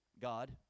God